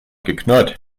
geknurrt